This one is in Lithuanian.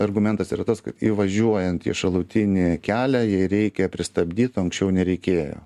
argumentas yra tas kad įvažiuojant į šalutinį kelią jai reikia pristabdyt o anksčiau nereikėjo